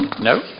No